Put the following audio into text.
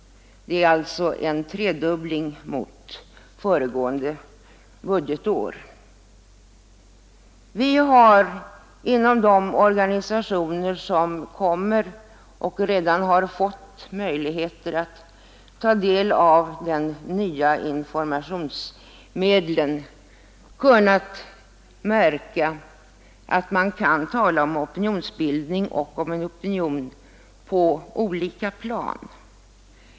Det är en tredubbling i förhållande till föregående budgetår. Vi har inom de organisationer som kommer att få eller redan fått tillgång till de nya informationsmedlen kunnat märka att man kan tala om en opinionsbildning och en opinion på olika plan.